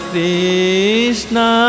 Krishna